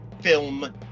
film